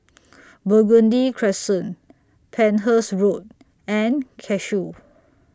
Burgundy Crescent Penhas Road and Cashew